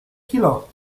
kilo